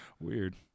Weird